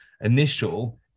initial